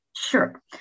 Sure